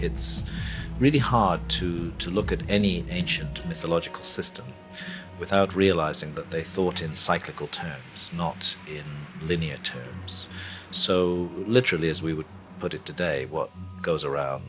it's really hard to to look at any ancient mythological system without realizing that they thought in cyclical to not limit so literally as we would put it today what goes around